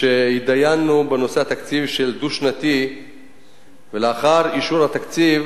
כשהתדיינו בנושא התקציב הדו-שנתי ולאחר אישור התקציב